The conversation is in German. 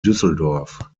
düsseldorf